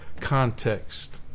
context